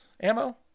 Ammo